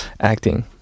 acting